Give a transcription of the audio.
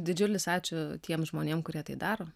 didžiulis ačiū tiem žmonėm kurie tai daro